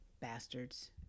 Bastards